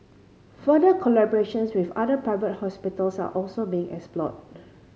further collaborations with other private hospitals are also being explored